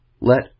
let